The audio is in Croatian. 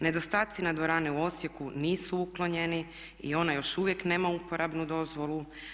Nedostaci na dvorani u Osijeku nisu uklonjeni i ona još uvijek nema uporabnu dozvolu.